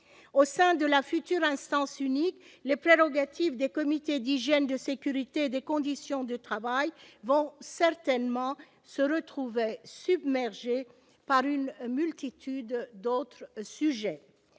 au sein de la future instance unique, les prérogatives des comités d'hygiène, de sécurité et des conditions de travail vont certainement se retrouver submergées par une multitude d'autres sujets.